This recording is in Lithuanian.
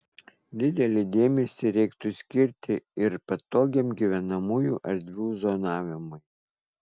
didelį dėmesį reiktų skirti ir patogiam gyvenamųjų erdvių zonavimui